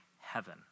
heaven